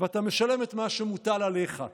ואתה משלם את מה שמוטל עליך.